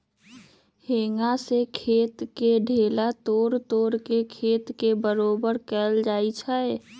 हेंगा से खेत के ढेला तोड़ तोड़ के खेत के बरोबर कएल जाए छै